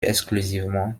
exclusivement